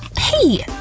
hey!